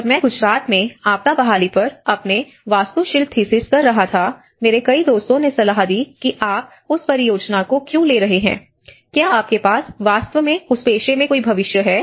जब मैं गुजरात में आपदा बहाली पर अपने वास्तुशिल्प थीसिस कर रहा था मेरे कई दोस्तों ने सलाह दी कि आप उस परियोजना को क्यों ले रहे हैं क्या आपके पास वास्तव में उस पेशे में कोई भविष्य है